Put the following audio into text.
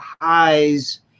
highs